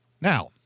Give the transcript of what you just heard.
Now